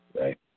right